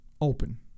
open